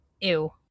Ew